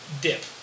dip